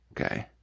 okay